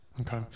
okay